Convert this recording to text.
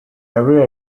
every